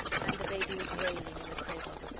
and the baby was wailing in the cradle.